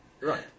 Right